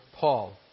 Paul